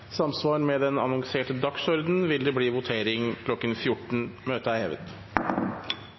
samsvar med den annonserte dagsordenen vil det bli votering kl. 14. Stortinget går da til votering. Under debatten er